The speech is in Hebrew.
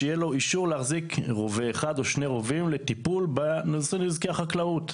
שיהיה לו אישור להחזיק רובה אחד או שני רובים לטיפול בנזקי החקלאות.